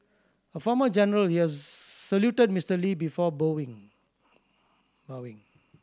a former general he saluted Mister Lee before bowing